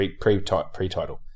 pre-title